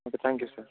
okay thank you sir